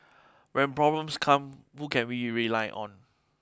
when problems come who can we rely on